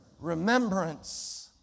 Remembrance